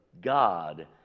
God